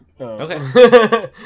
Okay